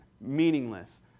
meaningless